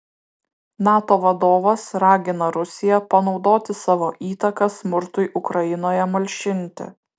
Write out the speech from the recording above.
nato vadovas ragina rusiją panaudoti savo įtaką smurtui ukrainoje malšinti